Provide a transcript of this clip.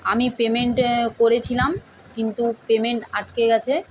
আমি পেমেন্ট করেছিলাম কিন্তু পেমেন্ট আটকে গেছে